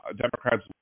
Democrats